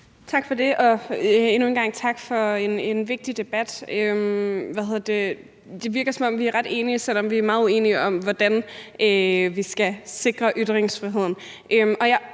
Tak for det. Og endnu en gang tak for en vigtig debat. Det virker, som om vi er ret enige, selv om vi er meget uenige om, hvordan vi skal sikre ytringsfriheden.